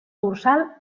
dorsal